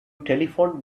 telephoned